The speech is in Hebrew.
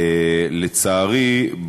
לצערי,